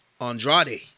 Andrade